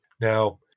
Now